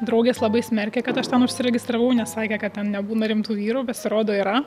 draugės labai smerkė kad aš ten užsiregistravau nes sakė kad ten nebūna rimtų vyrų pasirodo yra